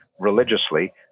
religiously